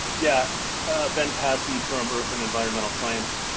yeah ben passe from earth and environmental science.